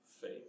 faith